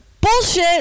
Bullshit